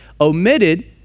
omitted